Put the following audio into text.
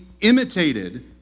imitated